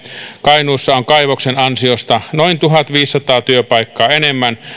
kainuussa on kaivoksen ansiosta noin tuhatviisisataa työpaikkaa enemmän